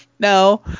no